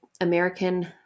American